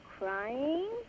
crying